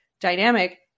dynamic